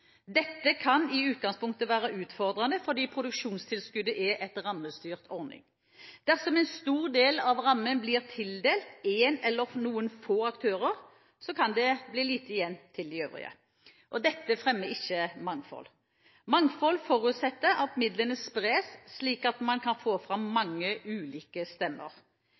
Dette kan i utgangspunktet være utfordrende, fordi produksjonstilskuddet er en rammestyrt ordning. Dersom en stor del av rammen blir tildelt én eller noen få aktører, kan det bli lite igjen til de øvrige. Dette fremmer ikke mangfold. Mangfold forutsetter at midlene spres, slik at man kan få fram mange ulike stemmer.